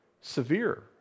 Severe